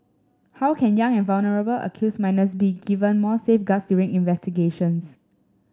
how can young and vulnerable accused minors be given more safeguards during investigations